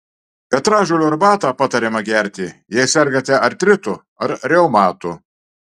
petražolių arbatą patariama gerti jei sergate artritu ar reumatu